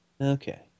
Okay